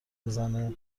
میزنه